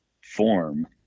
form